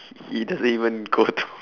he doesn't even go to